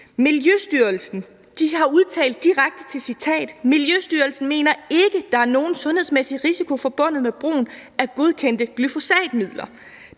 Miljøstyrelsen har udtalt direkte til citat: Miljøstyrelsen mener ikke, der er nogen sundhedsmæssig risiko forbundet med brugen af godkendte glyfosatmidler.